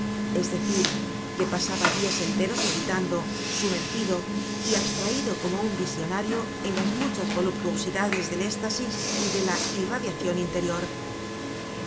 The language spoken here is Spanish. es decir que pasaba dias enteros meditando sumergido y abstraido como un visionario en las muchas voluptuosidades del éstasis y de la irradiacion interior